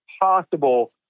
possible